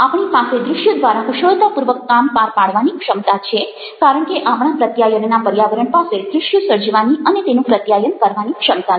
આપણી પાસે દ્રશ્યો દ્વારા કુશળતાપૂર્વક કામ પાર પાડવાની ક્ષમતા છે કારણ કે આપણા પ્રત્યાયનના પર્યાવરણ પાસે દ્રશ્યો સર્જવાની અને તેનું પ્રત્યાયન કરવાની ક્ષમતા છે